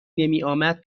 نمیآمد